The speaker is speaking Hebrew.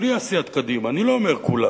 הפליאה סיעת קדימה, אני לא אומר כולם,